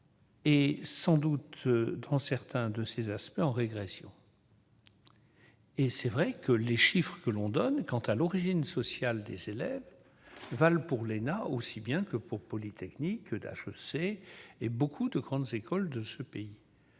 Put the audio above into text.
est sans doute, dans certains de ses aspects, en régression. Les chiffres que l'on donne quant à l'origine sociale des élèves valent pour l'ENA aussi bien que pour l'École polytechnique, HEC et beaucoup de grandes écoles de ce pays.